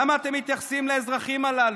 למה אתם מתייחסים לאזרחים הללו,